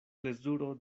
plezuro